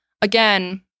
Again